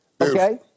Okay